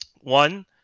one